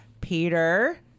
Peter